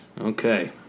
Okay